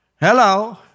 Hello